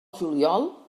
juliol